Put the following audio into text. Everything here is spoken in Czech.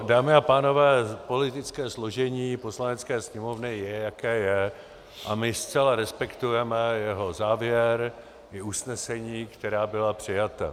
Dámy a pánové, politické složení Poslanecké sněmovny je, jaké je, a my zcela respektujeme jeho závěr i usnesení, která byla přijata.